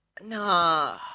Nah